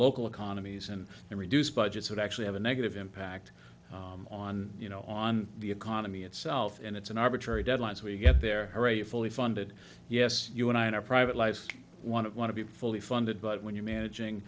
local economies and then reduce budgets would actually have a negative impact on you know on the economy itself and it's an arbitrary deadlines we get there are a fully funded yes you and i in our private lives want to want to be fully funded but when you're managing